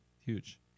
huge